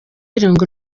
irungu